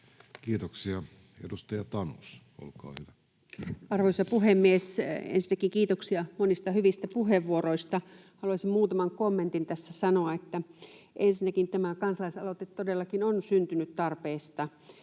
yhteiskunnassa Time: 20:05 Content: Arvoisa puhemies! Ensinnäkin kiitoksia monista hyvistä puheenvuoroista. Haluaisin muutaman kommentin tässä sanoa. Ensinnäkin tämä kansalaisaloite todellakin on syntynyt tarpeesta.